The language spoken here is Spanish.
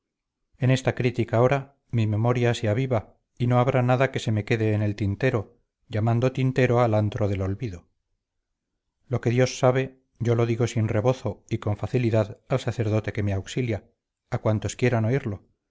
en esta crítica hora mi memoria se aviva y no habrá nada que se me quede en el tintero llamando tintero al antro del olvido lo que dios sabe yo lo digo sin rebozo y con facilidad al sacerdote que me auxilia a cuantos quieran oírlo